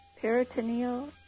peritoneal